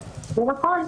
נכון,